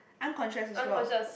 unconscious as well